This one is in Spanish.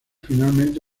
finalmente